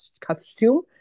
costume